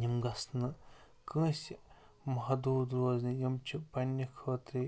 یِم گژھنہٕ کٲنٛسہِ محدوٗد روزنہِ یِم چھِ پنٛنہِ خٲطرے